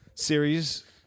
series